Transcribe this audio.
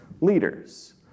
leaders